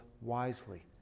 wisely